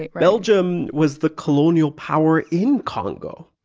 ah belgium was the colonial power in congo.